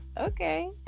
okay